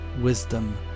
wisdom